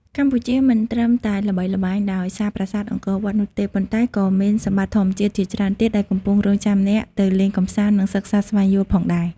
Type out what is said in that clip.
កម្ពុជាមិនត្រឹមតែល្បីល្បាញដោយសារប្រាសាទអង្គរវត្តនោះទេ ប៉ុន្តែក៏មានសម្បត្តិធម្មជាតិជាច្រើនទៀតដែលកំពុងរង់ចាំអ្នកទៅលេងកំសាន្ត និងសិក្សាស្វែងយល់ផងដែរ។